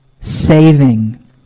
Saving